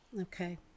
Okay